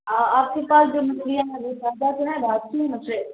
آپ کے پاس جو مچھلیاں ہیں وہ تازہ تو ہیں باکیوں سے